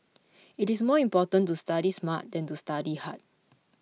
it is more important to study smart than to study hard